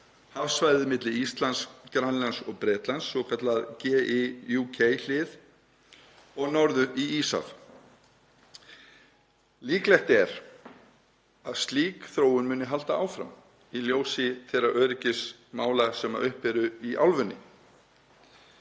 hafsvæðið milli Íslands, Grænlands og Bretlands, svokallað GIUK-hlið, og norður í íshaf. Líklegt er að slík þróun muni halda áfram í ljósi þeirra öryggismála sem uppi eru í álfunni.